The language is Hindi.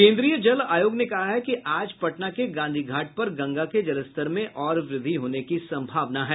केन्द्रीय जल आयोग ने कहा है कि आज पटना के गांधी घाट पर गंगा के जलस्तर में और वृद्धि होने की संभावना है